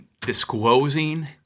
disclosing